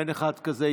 אין אחד כזה.